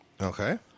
Okay